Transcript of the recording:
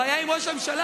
הבעיה היא עם ראש הממשלה,